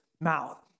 mouth